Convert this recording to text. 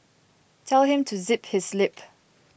tell him to zip his lip